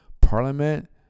parliament